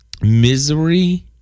Misery